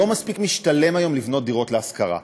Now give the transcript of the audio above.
לא מספיק משתלם היום לבנות דירות להשכרה.